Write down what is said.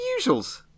usuals